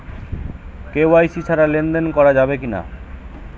KYC ছাড়া লেনদেন করা যাবে কিনা?